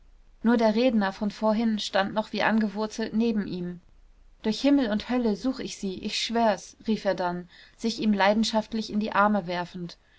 nur der redner von vorhin stand noch wie angewurzelt neben ihm durch himmel und hölle such ich sie ich schwör's rief er dann sich ihm leidenschaftlich in die arme werfend